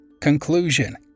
conclusion